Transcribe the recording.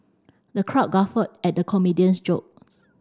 the crowd guffawed at the comedian's joke